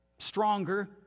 stronger